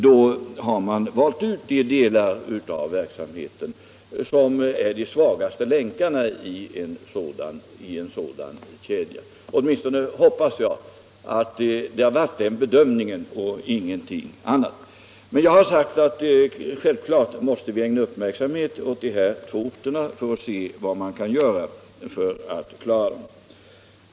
Man har då valt ut de delar av verksamheten som är de svagaste länkarna i en sådan kedja. Jag hoppas åtminstone att det är en sådan bedömning och ingenting annat man har gjort. Det är självklart att vi måste ägna uppmärksamhet åt de här två orterna för att se vad man kan göra för att klara dem.